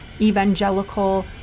evangelical